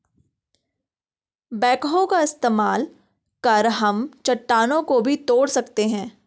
backhoe का इस्तेमाल कर हम चट्टानों को भी तोड़ सकते हैं